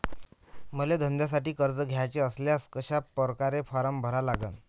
मले धंद्यासाठी कर्ज घ्याचे असल्यास कशा परकारे फारम भरा लागन?